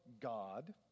God